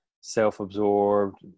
self-absorbed